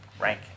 rank